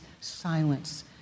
silence